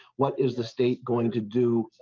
what is the state going to do.